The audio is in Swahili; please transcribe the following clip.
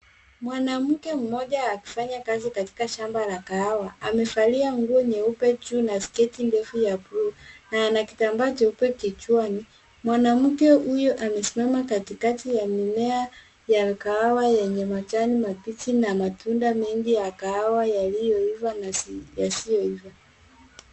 Mwanamke mmoja akifanya kazi katika shamba la kahawa. Amevalia nguo nyeupe juu na sketi ndefu ya buluu na ana kitambaa cheupe kichwani mwanamke huyu amesimama katikati ya mimea ya kahawa yenye majani mabichi na matunda mingi ya kahawa yaliyoiva na yasiyoiva.